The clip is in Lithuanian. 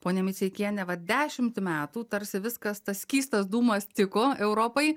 ponia miceikiene vat dešimt metų tarsi viskas tas skystas dūmas tiko europai